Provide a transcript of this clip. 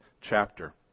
chapter